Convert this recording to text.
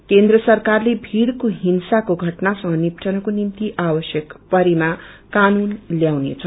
रं केन्द्र सरकारले भीड़को हिंसाको घटनाहरूबाट निपटनको निभ्ति आवश्यक परेमा कानून ल्याउनेछ